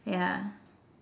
ya